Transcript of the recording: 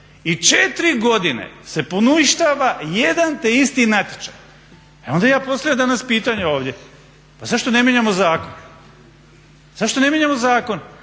I 4 godine se poništava jedan te isti natječaj. E onda ja postavljam danas pitanje ovdje pa zašto ne mijenjamo zakone? Zašto ne mijenjamo zakone,